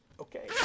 Okay